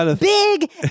Big